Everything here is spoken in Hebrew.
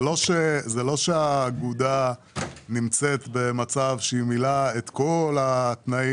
זה לא שהאגודה נמצאת במצב שבו היא מילאה אחרי כל התנאים,